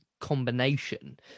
combination